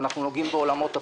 אנחנו נוגעים בעולמות הפנסיה,